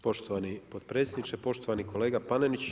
Poštovani potpredsjedniče, poštovani kolega Panenić.